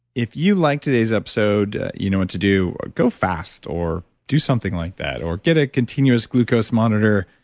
if you liked today's episode, you know what to do, go fast or do something like that or get a continuous glucose monitor.